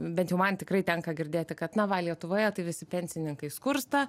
bent jau man tikrai tenka girdėti kad na va lietuvoje tai visi pensininkai skursta